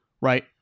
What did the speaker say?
right